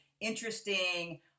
interesting